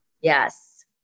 Yes